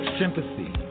sympathy